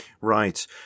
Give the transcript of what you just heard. Right